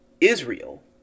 Israel